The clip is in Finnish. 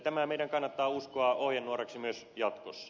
tämä meidän kannattaa uskoa ohjenuoraksi myös jatkossa